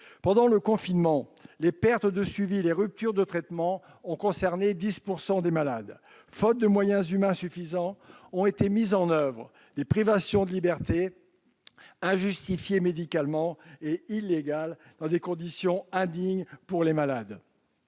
Pendant le confinement, les pertes de suivi, les ruptures de traitement ont concerné 10 % des malades. Faute de moyens humains suffisants, ont été mises en oeuvre des privations de liberté injustifiées sur le plan médical et illégales, dans des conditions indignes pour les malades.